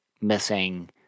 missing